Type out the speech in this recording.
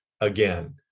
again